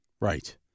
Right